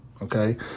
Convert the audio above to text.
Okay